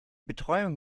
betreuung